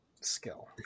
skill